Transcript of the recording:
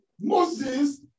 Moses